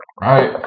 Right